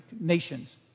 nations